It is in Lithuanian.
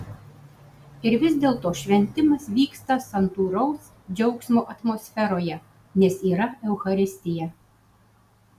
ir vis dėlto šventimas vyksta santūraus džiaugsmo atmosferoje nes yra eucharistija